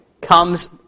comes